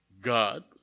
God